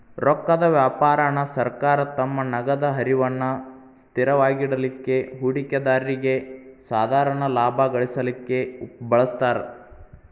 ರೊಕ್ಕದ್ ವ್ಯಾಪಾರಾನ ಸರ್ಕಾರ ತಮ್ಮ ನಗದ ಹರಿವನ್ನ ಸ್ಥಿರವಾಗಿಡಲಿಕ್ಕೆ, ಹೂಡಿಕೆದಾರ್ರಿಗೆ ಸಾಧಾರಣ ಲಾಭಾ ಗಳಿಸಲಿಕ್ಕೆ ಬಳಸ್ತಾರ್